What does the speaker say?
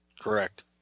correct